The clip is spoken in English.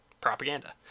propaganda